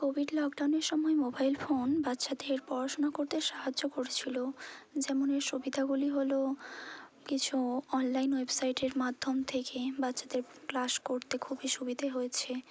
Covid লকডাউনের সময় mobile phone বাচ্চাদের পড়াশুনো করতে সাহায্য করছিলো যেমন এর সুবিধাগুলি হলো কিছু অনলাইন ওয়েবসাইটের মাধ্যম থেকে বাচ্চাদের ক্লাস করতে খুবই সুবিধে হয়েছে